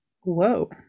Whoa